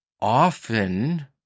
often